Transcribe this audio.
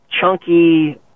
chunky